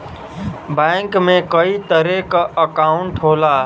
bank में कई तरे क अंकाउट होला